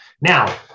now